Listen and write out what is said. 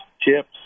chips